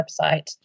website